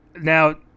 now